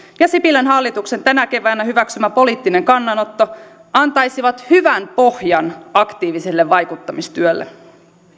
ja sipilän hallituksen tänä keväänä hyväksymä poliittinen kannanotto antaisivat hyvän pohjan aktiiviselle vaikuttamistyölle